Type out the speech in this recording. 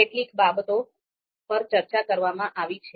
કેટલીક બાબતો પર ચર્ચા કરવામાં આવી છે